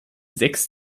sechs